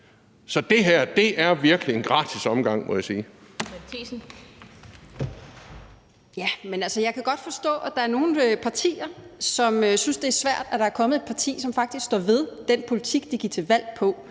Lind): Fru Mette Thiesen. Kl. 15:01 Mette Thiesen (NB): Jamen altså, jeg kan godt forstå, at der er nogle partier, som synes, det er svært, at der er kommet et parti, som faktisk står ved den politik, de gik til valg på